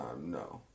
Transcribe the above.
No